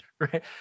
right